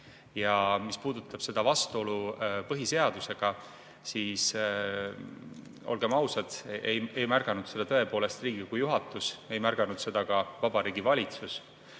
puudutab seda vastuolu põhiseadusega, siis olgem ausad, ei märganud seda tõepoolest Riigikogu juhatus, ei märganud seda ka Vabariigi Valitsus,